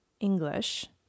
English